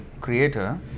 creator